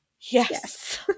Yes